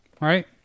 Right